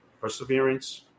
Perseverance